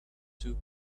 two